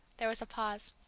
there was a pause.